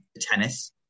tennis